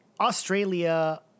Australia